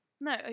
No